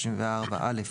34א,